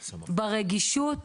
ברגישות.